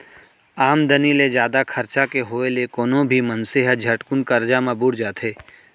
आमदनी ले जादा खरचा के होय ले कोनो भी मनसे ह झटकुन करजा म बुड़ जाथे